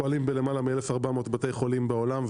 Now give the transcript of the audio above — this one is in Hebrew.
פועלים בלמעלה מ-1,400 בתי חולים בעולם,